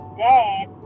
dad